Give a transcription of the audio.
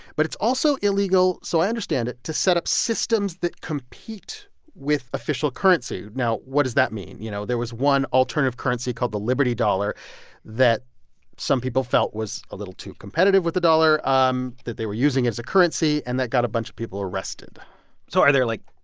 but it's also illegal so i understand it to set up systems that compete with official currency. now, what does that mean? you know, there was one alternative currency called the liberty dollar that some people felt was a little too competitive with the dollar um that they were using as a currency, and that got a bunch of people arrested so are there, like,